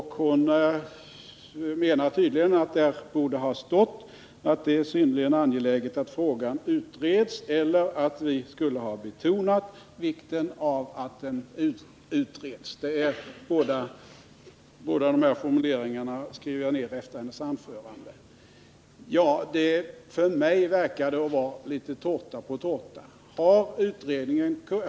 Hon menar tydligen att det borde ha stått att det är synnerligen angeläget att frågan utreds eller att vi skulle ha betonat vikten av att den utreds. Båda de här formuleringarna skrev jag ner under hennes anförande. För mig verkar detta vara litet av tårta på tårta.